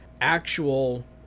actual